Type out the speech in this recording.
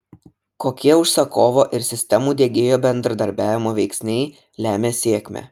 kokie užsakovo ir sistemų diegėjo bendradarbiavimo veiksniai lemia sėkmę